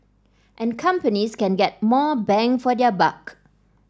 and companies can get more bang for their buck